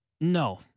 No